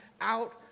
out